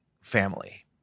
family